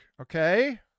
okay